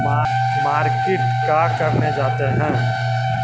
Market का करने जाते हैं?